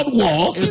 walk